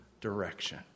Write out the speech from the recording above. direction